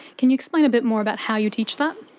can you explain a bit more about how you teach that?